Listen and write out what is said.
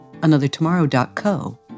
anothertomorrow.co